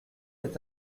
est